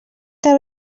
que